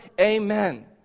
amen